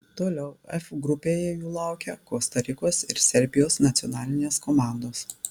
toliau f grupėje jų laukia kosta rikos ir serbijos nacionalinės komandos